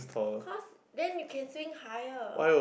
cause then you can swing higher